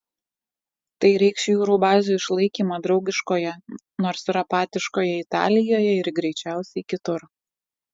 tai reikš jūrų bazių išlaikymą draugiškoje nors ir apatiškoje italijoje ir greičiausiai kitur